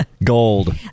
Gold